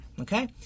Okay